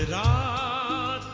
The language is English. aa